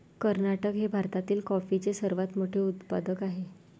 कर्नाटक हे भारतातील कॉफीचे सर्वात मोठे उत्पादक आहे